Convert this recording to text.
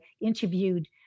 interviewed